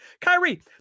Kyrie